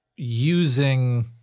using